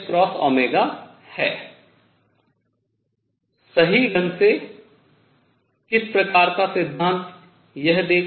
सही ढंग से यह किस प्रकार का सिद्धांत देगा